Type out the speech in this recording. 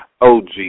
OG